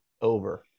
over